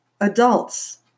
adults